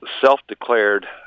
self-declared